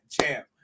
champ